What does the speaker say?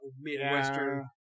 midwestern